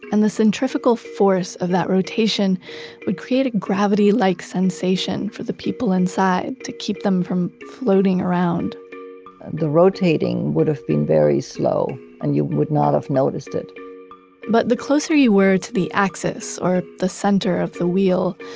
and the centrifical force of that rotation would create a gravity like sensation for the people inside, to keep them from floating around the rotating would have been very slow and you would not have noticed it but the closer you were to the axis, or the center of the wheel,